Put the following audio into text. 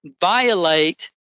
violate